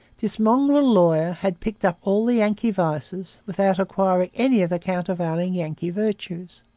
this mongrel lawyer had picked up all the yankee vices without acquiring any of the countervailing yankee virtues.